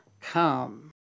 come